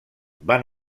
van